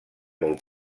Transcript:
molt